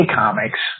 comics